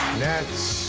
nets.